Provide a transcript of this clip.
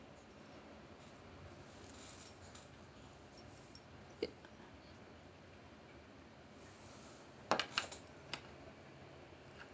ya